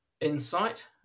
insight